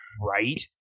right